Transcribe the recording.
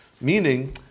Meaning